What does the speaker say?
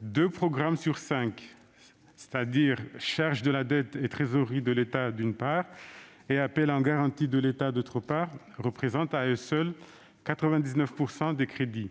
Deux programmes sur cinq, le programme 117, « Charge de la dette et trésorerie de l'État », d'une part, et le programme 114, « Appels en garantie de l'État », d'autre part, représentent à eux seuls 99 % des crédits.